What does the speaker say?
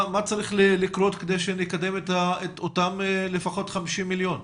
מה צריך לקרות כדי שנקדם לפחות את אותם 50 מיליון?